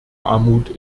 armut